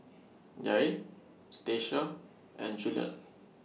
Yair Stasia and Juliet